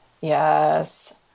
Yes